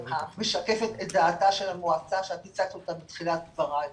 המשקפת את דעתה של המועצה שציטטת אותה בתחילת דברייך,